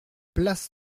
place